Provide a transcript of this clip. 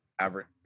average